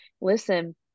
listen